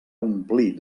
omplir